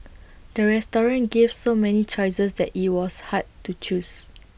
the restaurant gave so many choices that IT was hard to choose